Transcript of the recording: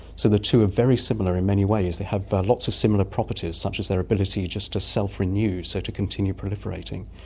so the two are very similar in many ways, they have lots of similar properties such as their ability just to self-renew, so to continue proliferating.